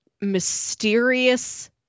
mysterious